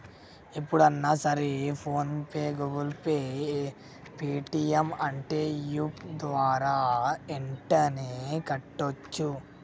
ఎప్పుడన్నా సరే PhonePe Google Pay Paytm అంటే యాప్ ద్వారా యెంటనే కట్టోచ్చు